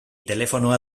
telefonoa